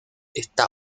está